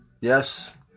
Yes